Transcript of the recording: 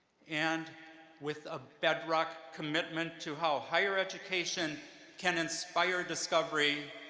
and with a bedrock commitment to how higher education can inspire discovery,